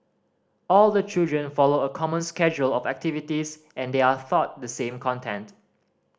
all the children follow a common schedule of activities and they are thought the same content